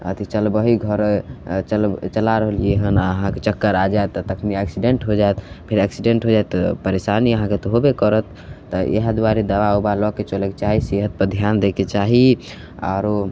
अथी चलबही घर चल चला रहलिए हँ आओर अहाँके चक्कर आ जाएत आओर तऽ तखन एक्सिडेन्ट हो जाएत फेर एक्सिडेन्ट हो जाएत तऽ परेशानी अहाँके तऽ होबे करत तऽ इएह दुआरे दवा उवा लऽ के चलैके चाही सेहतपर धिआन दैके चाही आओर